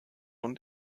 und